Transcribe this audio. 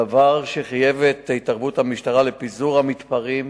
דבר שחייב את התערבות המשטרה לפיזור המתפרעים